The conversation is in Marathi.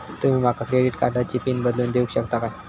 तुमी माका क्रेडिट कार्डची पिन बदलून देऊक शकता काय?